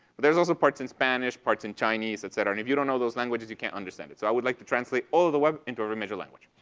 there's also parts in spanish, parts in chinese, etcetera, and if you don't know those language you can't understand it. so i would like to translate all of the web into every major language.